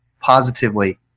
positively